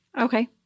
Okay